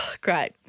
Great